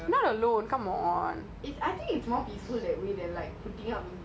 honestly if you are not here I'll just have to chill in my room kind of new year